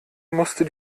musste